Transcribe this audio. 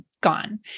gone